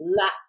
lack